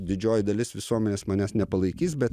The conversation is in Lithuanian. didžioji dalis visuomenės manęs nepalaikys bet